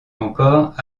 encore